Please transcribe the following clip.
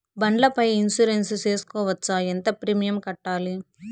బండ్ల పై ఇన్సూరెన్సు సేసుకోవచ్చా? ఎంత ప్రీమియం కట్టాలి?